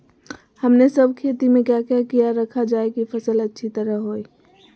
हमने सब खेती में क्या क्या किया रखा जाए की फसल अच्छी तरह होई?